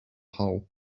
hole